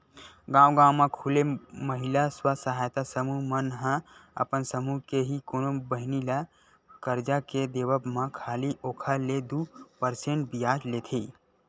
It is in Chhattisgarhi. गांव गांव म खूले महिला स्व सहायता समूह मन ह अपन समूह के ही कोनो बहिनी ल करजा के देवब म खाली ओखर ले दू परसेंट बियाज लेथे